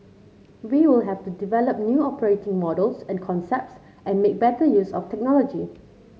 we will have to develop new operating models and concepts and make better use of technology